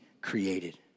created